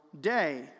day